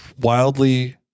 wildly